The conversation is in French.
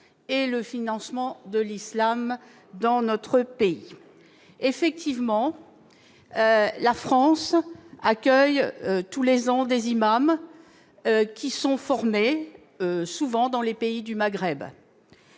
et le financement de l'islam dans notre pays. Effectivement, la France accueille tous les ans des imams qui sont souvent formés dans les pays du Maghreb.